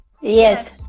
Yes